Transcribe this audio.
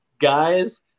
guys